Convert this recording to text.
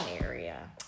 area